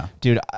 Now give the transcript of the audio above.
dude